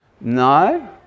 No